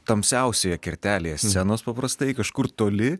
tamsiausioje kertelėje scenos paprastai kažkur toli